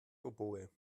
oboe